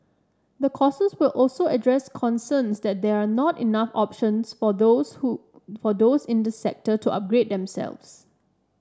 the courses will also address concerns that there are not enough options for those who for those in the sector to upgrade themselves